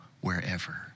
wherever